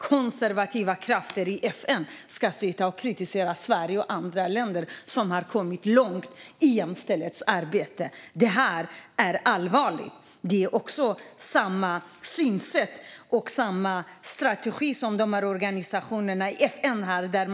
Konservativa krafter i FN sitter alltså och kritiserar Sverige och andra länder som har kommit långt i jämställdhetsarbetet. Detta är allvarligt. Det är samma synsätt och strategi som organisationerna i FN har.